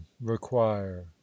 require